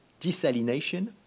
desalination